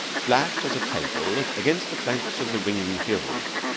flat as a table against the flanks of the ringing hills,